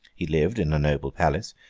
he lived in a noble palace,